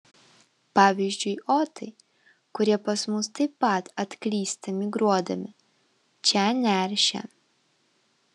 pavyzdžiui otai kurie pas mus taip pat atklysta migruodami čia neršia